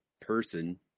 person